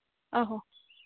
ᱚ ᱦᱚ